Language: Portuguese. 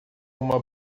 uma